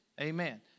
Amen